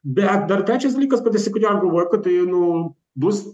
bet dar trečias dalykas kad visi ko gero galvoja kad tai nu bus